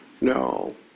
No